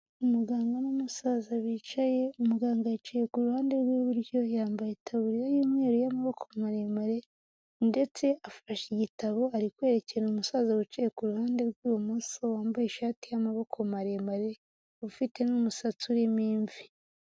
Umuganga n'umusaza bicaye, umuganga yicaye kuruhande rw'iburyo yambaye taburiya y'umweru y'amaboko maremare ndetse afashe igitabo ari kwerekera umusaza wicaye kuruhande rw'ibumoso wambaye ishati y'amaboko maremare ufite n'umusatsi urimo imvi